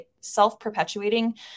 self-perpetuating